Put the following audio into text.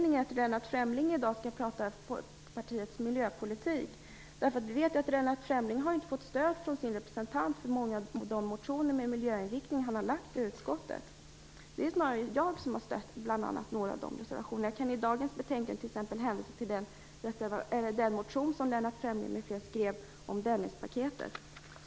Lennart Fremling skall tala om Folkpartiets miljöpolitik. Vi vet att Lennart Fremling inte fått stöd för många av de motioner med miljöinriktning som han väckt i utskottet. Det är bl.a. jag som har stött några av reservationerna. Jag kan i dagens betänkande hänvisa till den motion som Lennart Fremling m.fl. skrev om Dennispaketet.